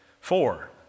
Four